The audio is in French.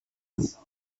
unis